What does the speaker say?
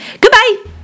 Goodbye